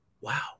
wow